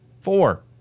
Four